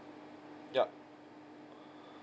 yup